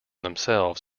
themselves